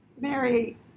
Mary